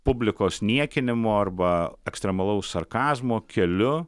publikos niekinimo arba ekstremalaus sarkazmo keliu